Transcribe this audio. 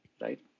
right